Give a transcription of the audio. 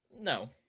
No